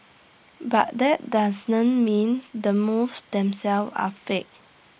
but that doesn't mean the moves themselves are fake